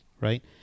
right